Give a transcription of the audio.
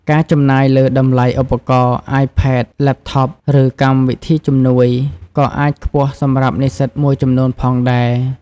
ការចំណាយលើ តម្លៃឧបករណ៍ អាយផេត, ឡេបថប ឬកម្មវិធីជំនួយ ក៏អាចខ្ពស់សម្រាប់និស្សិតមួយចំនួនផងដែរ។